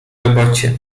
robocie